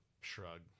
shrug